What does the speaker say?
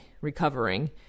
recovering